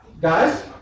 Guys